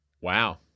Wow